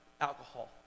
alcohol